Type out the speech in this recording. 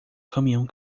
caminhão